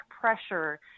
pressure